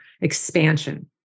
expansion